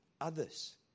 others